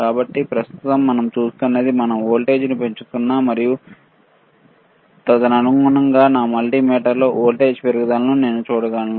కాబట్టి ప్రస్తుతం మనం చూస్తున్నది మనం వోల్టేజ్ను పెంచుతున్న మరియు తదనుగుణంగా నా మల్టీమీటర్లో వోల్టేజ్ పెరుగుదలను నేను చూడగలను